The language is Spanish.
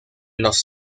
los